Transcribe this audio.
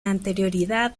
anterioridad